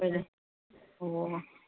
ꯍꯣꯏꯅꯦ ꯑꯣ